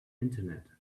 internet